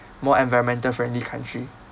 more environmental friendly country